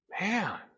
man